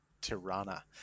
Tirana